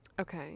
Okay